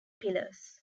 pillars